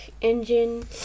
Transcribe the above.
engine